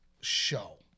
show